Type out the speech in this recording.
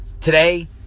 Today